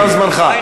תם זמנך.